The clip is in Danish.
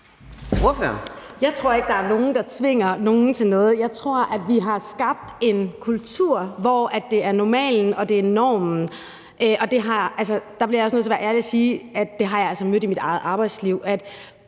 Jeg tror ikke, der er nogen, der tvinger nogen til noget. Jeg tror, at vi har skabt en kultur, hvor det er normalen og normen. Og der bliver jeg også nødt til at være ærlig og sige, at det har jeg altså mødt i mit arbejdsliv,